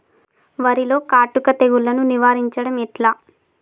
వరిలో కాటుక తెగుళ్లను నివారించడం ఎట్లా?